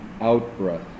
out-breath